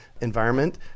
environment